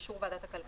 באישור ועדת הכלכלה.